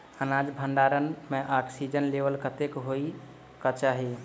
अनाज भण्डारण म ऑक्सीजन लेवल कतेक होइ कऽ चाहि?